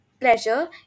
pleasure